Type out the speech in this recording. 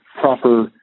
proper